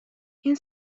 این